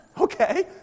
okay